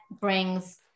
brings